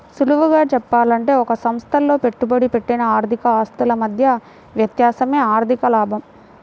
సులువుగా చెప్పాలంటే ఒక సంస్థలో పెట్టుబడి పెట్టిన ఆర్థిక ఆస్తుల మధ్య వ్యత్యాసమే ఆర్ధిక లాభం